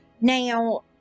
Now